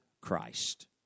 Christ